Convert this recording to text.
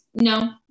no